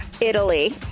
Italy